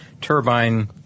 turbine